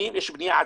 בנייה עצמית,